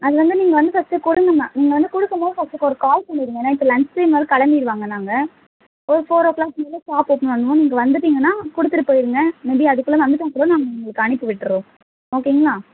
அது வந்து நீங்கள் வந்து ஃபஸ்ட்டு கொடுங்கம்மா நீங்கள் வந்து கொடுக்கும் போது ஃபஸ்ட்டு ஒரு கால் பண்ணிடுங்க ஏனால் இப்போ லன்ச் டைம்மோடு கிளம்பிருவாங்க நாங்கள் ஒரு ஃபோர் ஓ க்ளாக் போல் நீங்கள் வந்துட்டிங்கன்னால் கொடுத்துட்டு போயிடுங்க மேபி அதுக்குள்ளே வந்துட்டால் கூட நாங்கள் உங்களுக்கு அனுப்பி விட்டுடறோம் ஓகேங்களா